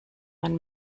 man